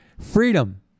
freedom